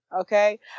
Okay